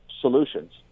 solutions